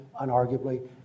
unarguably